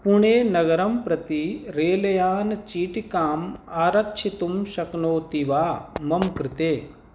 पूणेनगरं प्रति रेल् यानं चीटिकाम् आरक्षितुं शक्नोति वा मम कृते